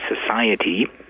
society